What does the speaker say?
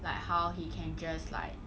like how he can just like